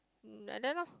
mm like that lah